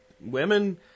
women